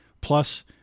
Plus